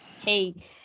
Hey